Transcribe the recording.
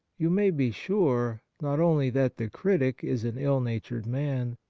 you may be sure, not only that the critic is an ill-natured man,